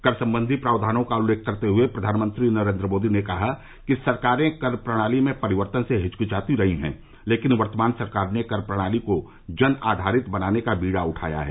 कर संबंधी प्रावधानों का उल्लेख करते हुए प्रधानमंत्री नरेन्द्र मोदी ने कहा कि सरकारें कर प्रणाली में परिवर्तन से हिचकिचाती रहीं हैं लेकिन वर्तमान सरकार ने कर प्रणाली को जन आधारित बनाने का बीड़ा उठाया है